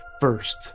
first